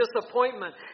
disappointment